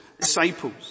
disciples